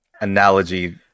analogy